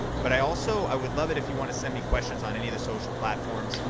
but i also i would love it if you wanna send me questions on any of the social platforms.